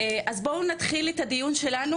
אז בואו נתחיל את הדיון שלנו,